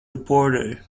reporter